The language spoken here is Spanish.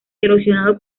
erosionado